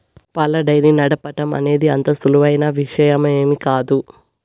పాల డెయిరీ నడపటం అనేది అంత సులువైన విషయమేమీ కాదు